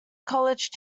college